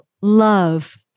love